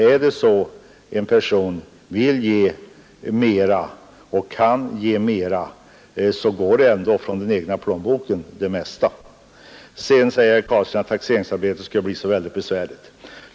Är det så att en person vill och kan ge mera, så går ändå det mesta från den egna plånboken. Herr Carlstein sade vidare att taxeringsarbetet skulle bli så väldigt besvärligt.